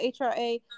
HRA